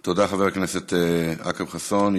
תודה, חבר הכנסת אכרם חסון.